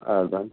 advance